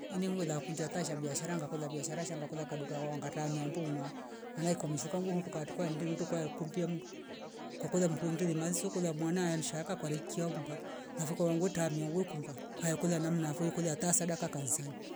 Inigwela kundia tasha sha biashara ngakola biashara shanga kula kadoka wangatamio mbunga maanae kuami shwae kangu huto katukwae indi mndu kwaya kumbia mndu, kwa kola mndu ndili maiso kola mwana anshaka kwari kiaumba navo kuwangu tamia wekumba kwaya kola namna mnavo ikolia ta sadaka kansani